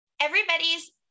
Everybody's